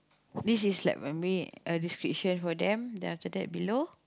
this is like my main uh description for them then after that below